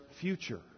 future